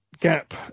gap